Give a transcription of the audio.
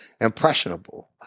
impressionable